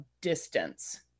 distance